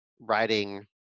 writing